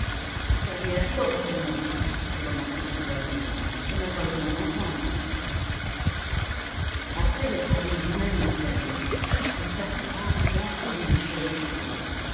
fermez la porte au moins fit remarquer souvarine on n'a pas besoin d'entendre après être allé lui-même la fermer il s'assit tranquillement sur une des chaises du bureau